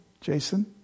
Jason